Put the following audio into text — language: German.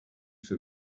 für